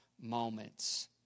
moments